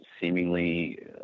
seemingly